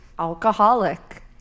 alcoholic